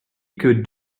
could